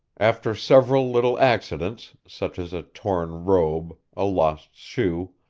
after several little accidents, such as a torn robe, a lost shoe,